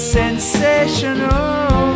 sensational